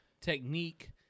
technique